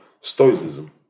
stoicism